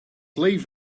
leave